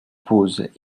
pose